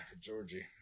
Georgie